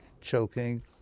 choking